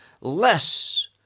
less